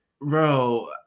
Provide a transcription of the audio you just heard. bro